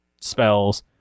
spells